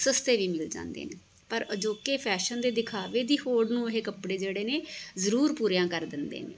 ਸਸਤੇ ਵੀ ਮਿਲ ਜਾਂਦੇ ਨੇ ਪਰ ਅਜੋਕੇ ਫੈਸ਼ਨ ਦੇ ਦਿਖਾਵੇ ਦੀ ਹੋੜ ਨੂੰ ਇਹ ਕੱਪੜੇ ਜਿਹੜੇ ਨੇ ਜ਼ਰੂਰ ਪੂਰੀਆਂ ਕਰ ਦਿੰਦੇ ਨੇ